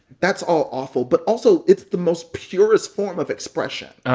that's all awful. but also, it's the most purest form of expression.